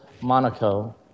Monaco